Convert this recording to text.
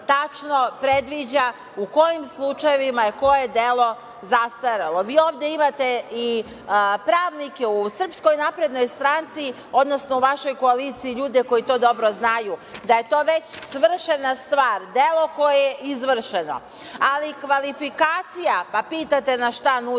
tačno predviđa u kojim slučajevima je koje delo zastarelo. Vi ovde imate i pravnike u SNS, odnosno u vašoj koaliciji, ljude koji to dobro znaju, da je to već svršena stvar, delo koje je izvršeno. Kvalifikacija, pa pitate nas šta nudimo?